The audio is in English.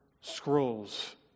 scrolls